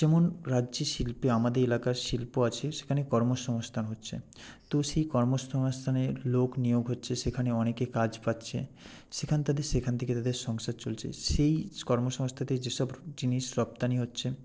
যেমন রাজ্যে শিল্পে আমাদের এলাকার শিল্প আছে সেখানে কর্মসংস্থান হচ্ছে তো সেই কর্মসংস্থানের লোক নিয়োগ হচ্ছে সেখানে অনেকে কাজ পাচ্ছে সেখান তাদের সেখান থেকে তাদের সংসার চলছে সেই কর্মসংস্থাতে যেসব জিনিস রপ্তানি হচ্ছে